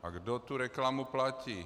A kdo tu reklamu platí?